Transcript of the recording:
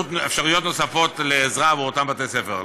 באפשרויות נוספות לעזרה בהם, באותם בתי-ספר?